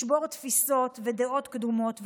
לשבור תפיסות ודעות קדומות,